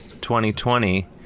2020